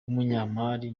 w’umunyamali